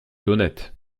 honnête